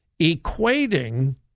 equating